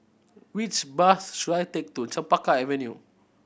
which bus should I take to Chempaka Avenue